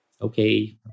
Okay